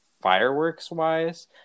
fireworks-wise